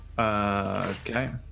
Okay